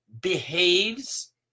behaves